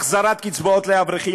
החזרת קצבאות לאברכים,